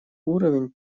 уровень